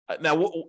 Now